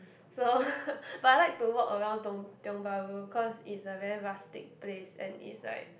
so but I like to walk around tong Tiong-Bahru cause is a very rustic place and it's like